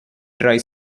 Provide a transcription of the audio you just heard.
dry